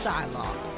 Dialogue